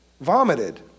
vomited